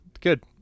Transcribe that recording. Good